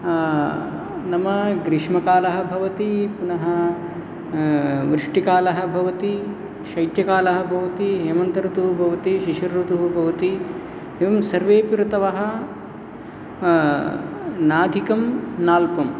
नाम ग्रीष्मकालः भवति पुनः वृष्टिकालः भवति शैत्यकालः भवति हेमन्तऋतुः भवति शिशिरऋतुः भवति एवं सर्वेऽपि ऋतवः नाधिकं नाल्पं